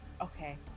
Okay